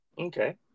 Okay